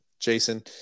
Jason